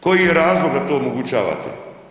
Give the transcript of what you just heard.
Koji je razlog da to omogućavate?